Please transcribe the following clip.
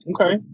Okay